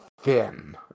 thin